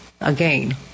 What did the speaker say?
again